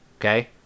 Okay